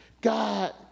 God